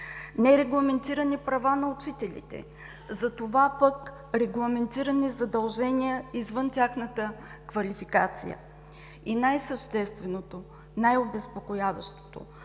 нерегламентирани права на учителите, затова пък, регламентирани задължения извън тяхната квалификация. Най същественото, най-обезпокояващото